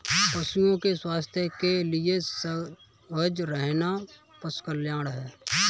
पशुओं के स्वास्थ्य के लिए सजग रहना पशु कल्याण है